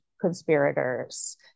conspirators